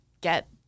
get